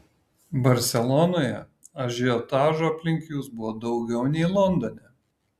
barselonoje ažiotažo aplink jus buvo daugiau nei londone